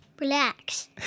Relax